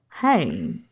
hey